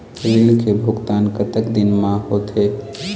ऋण के भुगतान कतक दिन म होथे?